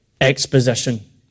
exposition